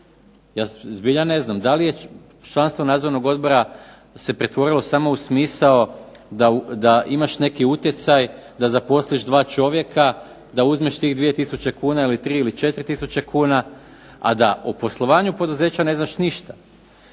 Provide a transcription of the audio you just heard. Ja zbilja ne znam. Da li je članstvo nadzornog odbora se pretvorilo samo u smisao da imaš neki utjecaj da zapostaviš dva čovjeka da uzmeš tih 2000 kuna ili 3 ili 4000 kuna, a da o poslovanju poduzeća ne znaš ništa.